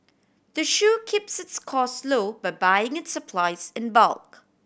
the shop keeps its cost low by buying its supplies in bulk